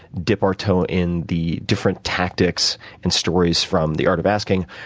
dip our toe in the different tactics and stories from the art of asking,